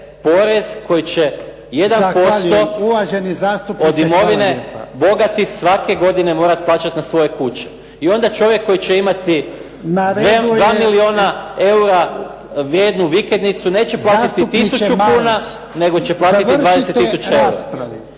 porez koji će 1% od imovine bogati svake godine morati plaćati na svoje kuće, i onda čovjek koji će imati 2 milijuna eura vrijednu vikendicu neće platiti 1000 kuna nego će platiti 20 tisuća eura.